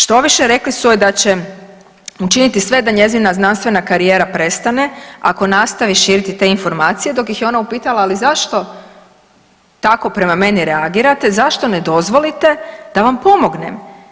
Štoviše rekli su joj da će učiniti sve da njezina znanstvena karijera prestane ako nastavi širiti te informacije dok ih je ona upitala ali zašto tako prema meni reagirate, zašto ne dozvolite da vam pomognem.